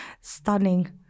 Stunning